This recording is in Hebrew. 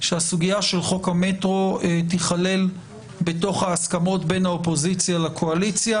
כדי שהסוגיה של חוק המטרו תיכלל בהסכמות בין האופוזיציה לקואליציה.